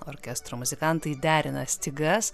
orkestro muzikantai derina stygas